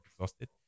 exhausted